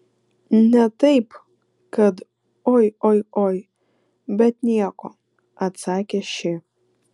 ne taip kad oi oi oi bet nieko atsakė ši